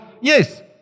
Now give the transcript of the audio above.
yes